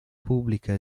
pubblica